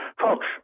Folks